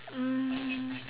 um